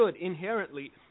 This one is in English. inherently